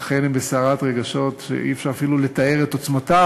שאכן הן בסערת רגשות שאי-אפשר אפילו לתאר את עוצמתה,